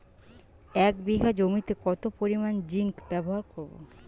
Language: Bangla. এক বিঘা জমিতে কত পরিমান জিংক ব্যবহার করব?